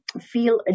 feel